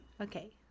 Okay